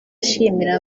ashimira